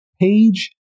page